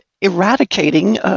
eradicating